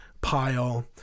pile